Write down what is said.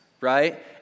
right